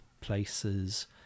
places